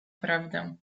prawdę